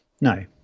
no